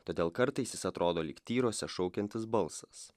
todėl kartais jis atrodo lyg tyruose šaukiantis balsas